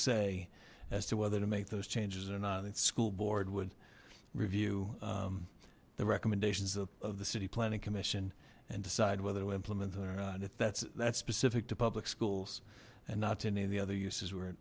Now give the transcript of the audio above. say as to whether to make those changes or not the school board would review the recommendations of the city planning commission and decide whether to implement them if that's that's specific to public schools and not to any of the other uses we're